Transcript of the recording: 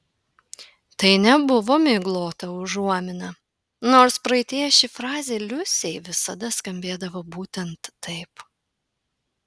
tai nebuvo miglota užuomina nors praeityje ši frazė liusei visada skambėdavo būtent taip